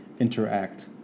interact